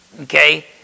okay